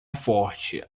forte